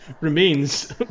remains